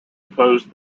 opposed